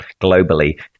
globally